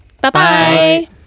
Bye-bye